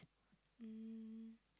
um